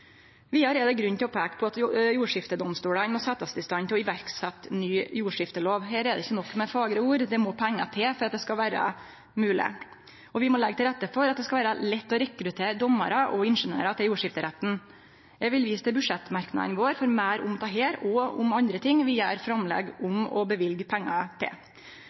Vidare er det grunn til å peike på at jordskiftedomstolane må setjast i stand til å setje ny jordskiftelov i verk. Her er det ikkje nok med fagre ord; det må pengar til for at det skal vere mogleg. Og vi må leggje til rette for at det skal vere lett å rekruttere dommarar og ingeniørar til jordskifteretten. Eg vil vise til budsjettmerknadene våre for meir om dette og om andre ting vi gjer framlegg om å løyve pengar til.